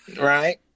Right